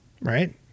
right